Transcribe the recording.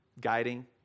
Guiding